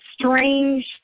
strange